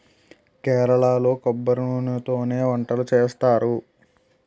కేరళలో కొబ్బరి నూనెతోనే వంటలు చేస్తారు